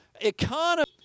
economy